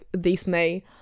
Disney